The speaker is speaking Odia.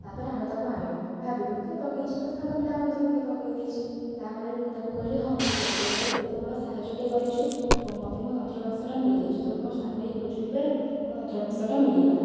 ତା'ପରେ ଆମେ ତାକୁ ଆଣିଲୁ ଭାବିଲୁ କିଏ ପକାଇଛି ତ ସାଙ୍ଗ ପିଲାଙ୍କ ଭିତରୁ କିଏ ପକାଇ ଦେଇଛି ତା'ପରେ ମୁଁ ତାକୁ କହିଲି ହଁ ଠିକ୍ ଅଛି ତୁ ମୋତେ ଏତେ ବଡ଼ ସାହାଯ୍ୟ ଟେ କରିଛୁ ଓ ମୋତେ ମୋ ଯନ୍ତ୍ରବାକ୍ସଟା ମିଳିଯାଇଛି ତୋର ମୋର ସାଙ୍ଗ ହେଇ ଖୋଜୁଥିବାରୁ ଆମ ଯନ୍ତ୍ରବାକ୍ସଟା ମିଳିଗଲା